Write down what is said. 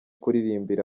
kuririmbira